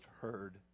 heard